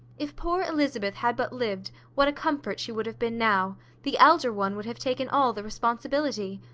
if poor elizabeth had but lived, what a comfort she would have been now the elder one would have taken all the responsibility!